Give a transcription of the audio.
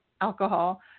Alcohol